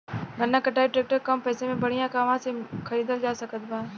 गन्ना कटाई ट्रैक्टर कम पैसे में बढ़िया कहवा से खरिदल जा सकत बा?